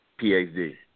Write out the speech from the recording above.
PhD